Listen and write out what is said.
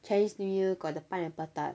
chinese new year got the pineapple tart